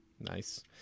nice